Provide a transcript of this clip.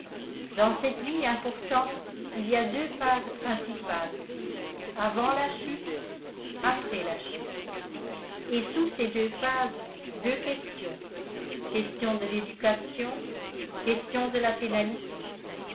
dans cette vie importante il y a deux phases principales avant la chute après la chute et sous ces deux phases deux questions question de l'éducation question de la pénalité